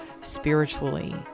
spiritually